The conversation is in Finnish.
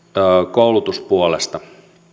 koulutuspuolesta